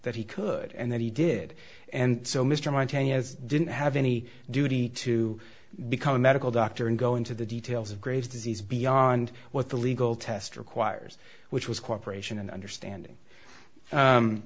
that he could and that he did and so mr montagnier as didn't have any duty to become a medical doctor and go into the details of graves disease beyond what the legal test requires which was cooperation and understanding